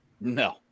No